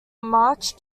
march